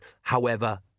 however